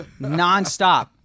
nonstop